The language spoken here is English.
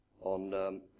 on